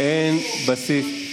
אין בסיס.